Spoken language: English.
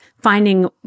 finding